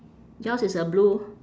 yours it's a blue